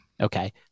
Okay